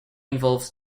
involves